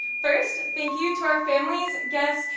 first, thank you to our families, guests,